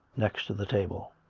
next to the table.